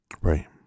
Right